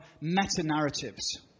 meta-narratives